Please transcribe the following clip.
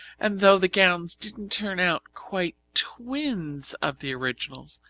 and though the gowns didn't turn out quite twins of the originals,